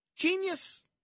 Genius